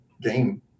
game